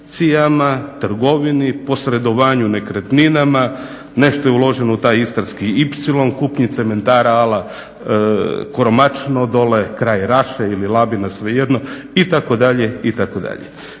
trgovini, posredovanju nekretninama, nešto je uloženo u taj istarski ipsilon, kupnji cementara a la Koromačno dole, kraj Raše ili Labina, svejedno itd.